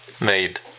made